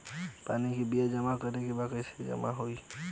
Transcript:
पानी के बिल जमा करे के बा कैसे जमा होई?